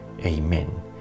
Amen